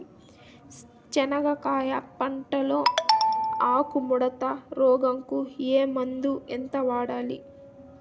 చెనక్కాయ పంట లో ఆకు ముడత రోగం కు ఏ మందు ఎంత వాడాలి?